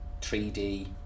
3D